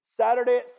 Saturday